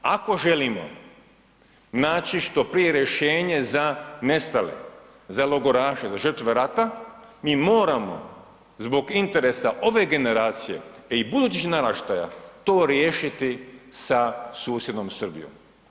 Ako želimo naći što prije rješenje za nestale, za logoraše, za žrtve rata, mi moramo zbog interesa ove generacije i budućih naraštaja, to riješiti sa susjednom Srbijom.